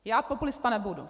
Já populista nebudu!